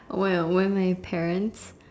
well when my parents